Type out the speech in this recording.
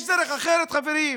יש דרך אחרת, חברים,